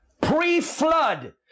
pre-flood